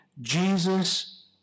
Jesus